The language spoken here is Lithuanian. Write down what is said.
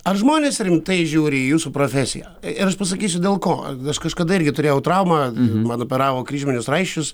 ar žmonės rimtai žiūri į jūsų profesiją ir aš pasakysiu dėl ko aš kažkada irgi turėjau traumą man operavo kryžminius raiščius